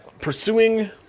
pursuing